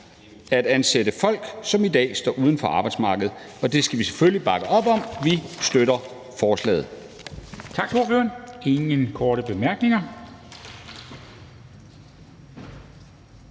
og ansætte folk, som i dag står uden for arbejdsmarkedet. Det skal vi selvfølgelig bakke op om. Vi støtter forslaget.